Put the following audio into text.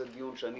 זה דיון שאני